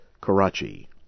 Karachi